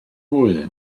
fwy